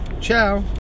Ciao